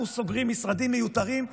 אנחנו סוגרים משרדים מיותרים,